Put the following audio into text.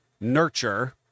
nurture